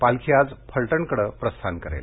पालखी आज फलटणकडे प्रस्थान करेल